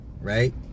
right